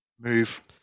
move